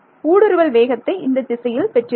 ஊடுருவல் வேகத்தை இந்தத் திசையில் பெற்றிருக்கும்